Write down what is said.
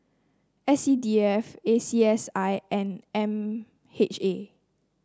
S C D F A C S I and M H A